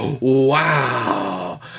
wow